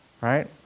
right